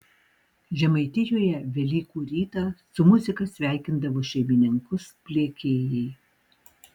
žemaitijoje velykų rytą su muzika sveikindavo šeimininkus pliekėjai